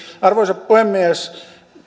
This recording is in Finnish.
arvoisa puhemies